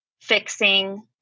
fixing